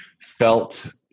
felt